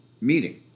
meeting